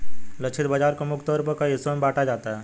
लक्षित बाजार को मुख्य तौर पर कई हिस्सों में बांटा जाता है